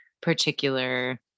particular